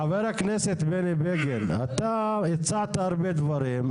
חבר הכנסת בני בגין, אתה הצעת הרבה דברים.